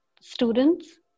students